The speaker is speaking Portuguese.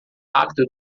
rápido